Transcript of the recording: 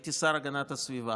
כשהייתי השר להגנת הסביבה,